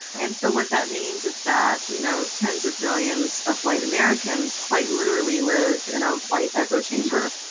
and so what that means is that you know tens of millions of white americans quite literally lives in a white echo chamber.